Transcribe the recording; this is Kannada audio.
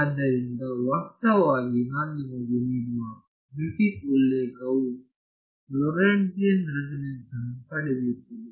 ಆದ್ದರಿಂದ ವಾಸ್ತವವಾಗಿ ನಾನು ನಿಮಗೆ ನೀಡುವ ಗ್ರಿಫಿತ್ಸ್ ಉಲ್ಲೇಖವು ಲೊರೆಂಟ್ಜಿಯನ್ ರೆಸೋನೆನ್ಸ್ ವನ್ನು ಪಡೆಯುತ್ತದೆ